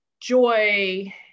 joy